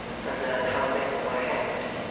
and learn how men were hanged.